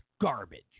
garbage